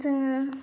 जोङो